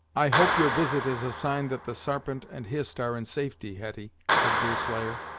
i hope your visit is a sign that the sarpent and hist are in safety, hetty, said deerslayer,